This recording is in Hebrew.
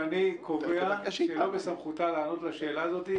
אני קובע שלא בסמכותה לענות לשאלה הזאת,